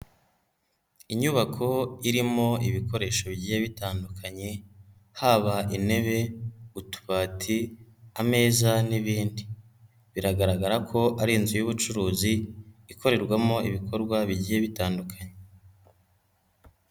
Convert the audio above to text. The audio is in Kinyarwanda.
Inyubako irimo ibikoresho bigiye bitandukanye, haba intebe, utubati, ameza n'ibindi. Biragaragara ko ari inzu y'ubucuruzi ikorerwamo ibikorwa bigiye bitandukanye.